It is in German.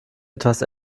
etwas